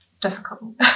difficult